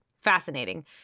fascinating